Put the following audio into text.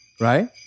Right